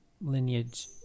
lineage